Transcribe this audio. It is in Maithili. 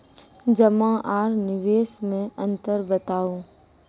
जमा आर निवेश मे अन्तर बताऊ?